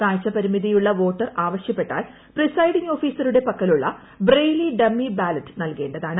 കാഴ്ച പരിമിതിയുള്ള ്വോട്ടർ ആവശ്യപ്പെട്ടാൽ പ്രിസൈഡിംഗ് ഓഫീസറുടെ പക്കലുള്ള ബ്രെയ്ലി ഡമ്മി ബാലറ്റ് നൽകേണ്ടതാണ്